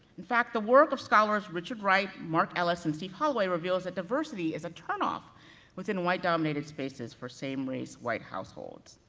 in fact, the work of scholars, richard wright, mark ellis, and steve holloway reveals that diversity is a turnoff within white dominated spaces, for same-race white households.